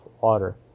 water